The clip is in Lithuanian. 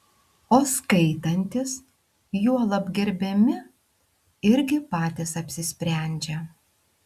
o skaitantys juolab gerbiami irgi patys apsisprendžia